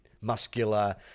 muscular